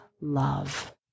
love